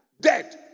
dead